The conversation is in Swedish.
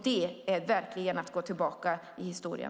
Det är verkligen att gå tillbaka i historien.